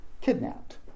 kidnapped